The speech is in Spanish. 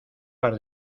par